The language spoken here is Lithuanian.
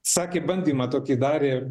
sakė bandymą tokį darė